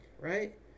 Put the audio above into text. right